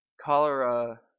cholera